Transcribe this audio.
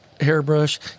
hairbrush